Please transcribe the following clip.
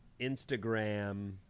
instagram